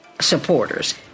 supporters